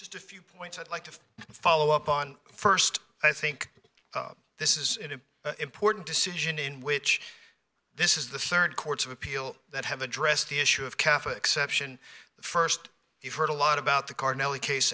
just a few points i'd like to follow up on first i think this is an important decision in which this is the third courts of appeal that have addressed the issue of calf exception the first you've heard a lot about the carnally case